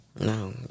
No